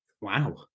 wow